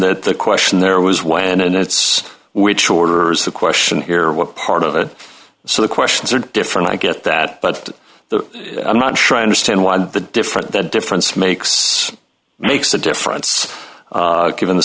that the question there was when and that's which order is the question here what part of it so the questions are different i get that but i'm not sure i understand why the different the difference makes makes a difference given the